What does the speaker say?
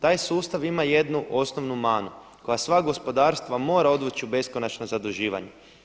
Taj sustav ima jednu osnovnu manu koja sva gospodarstva mora odvući u beskonačno zaduživanje.